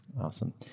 Awesome